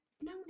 No